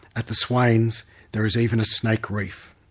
at the swains there is even a snake reef.